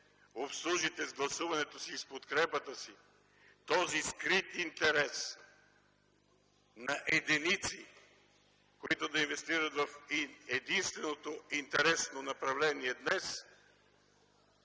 обслужите с гласуването си и подкрепата си този скрит интерес на единици, които да инвестират в единственото интересно направление днес,